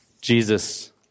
Jesus